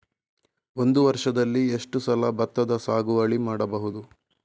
ಒಂದು ವರ್ಷದಲ್ಲಿ ಎಷ್ಟು ಸಲ ಭತ್ತದ ಸಾಗುವಳಿ ಮಾಡಬಹುದು?